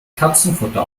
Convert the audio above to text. katzenfutter